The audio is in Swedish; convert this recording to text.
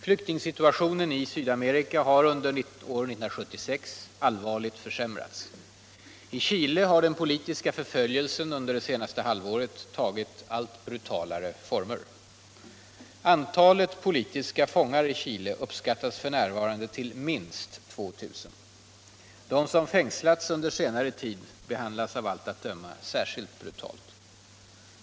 Flyktingsituationen i Sydamerika har under år 1976 allvarligt försämrats. I Chile har den politiska förföljelsen under det senaste halvåret tagit allt brutalare former. Antalet politiska fångar i Chile uppskattas f.n. till minst 2000. De som fängslats under senare tid behandlas av allt att döma särskilt brutalt.